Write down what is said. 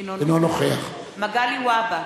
אינו נוכח מגלי והבה,